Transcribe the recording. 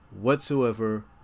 whatsoever